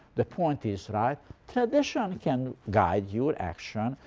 the point is right tradition can guide your action.